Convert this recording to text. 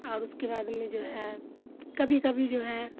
اور اس کے بعد میں جو ہے کبھی کبھی جو ہے